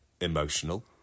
emotional